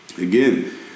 Again